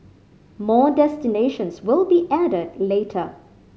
more destinations will be added later